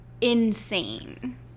insane